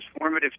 transformative